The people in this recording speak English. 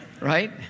right